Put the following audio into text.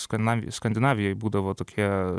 skandinavijoj skandinavijoj būdavo tokie